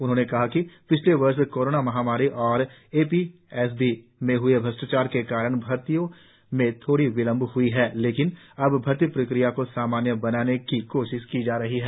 उन्होंने कहा कि पिछले वर्ष कोरोना महामारी और एपीएसबी में हए भ्रष्टाचार के कारण भर्तियों में थोड़ा विलंब हुआ है लेकिन अब भर्ती प्रक्रिया को सामान्य बनाने की कोशिशे जारी हैं